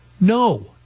No